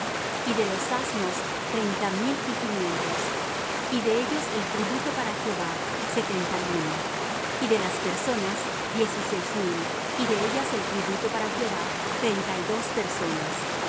y de los asnos treinta mil y quinientos y de ellos el tributo para jehová setenta y uno y de las personas diez y seis mil y de ellas el tributo para jehová trteinta y dos personas y